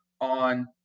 on